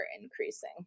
increasing